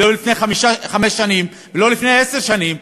לא לפני חמש שנים ולא לפני עשר שנים,